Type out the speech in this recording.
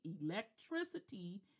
electricity